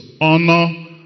honor